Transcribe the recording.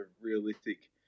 realistic